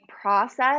process